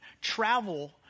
travel